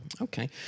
Okay